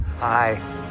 Hi